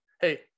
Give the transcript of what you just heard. hey